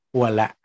wala